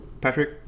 Patrick